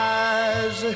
eyes